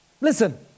Listen